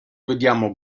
vediamo